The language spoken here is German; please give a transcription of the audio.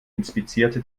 inspizierte